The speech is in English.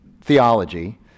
theology